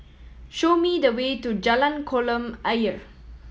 show me the way to Jalan Kolam Ayer